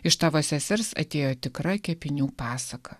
iš tavo sesers atėjo tikra kepinių pasaka